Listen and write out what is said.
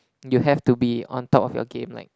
you have to be on top of your game like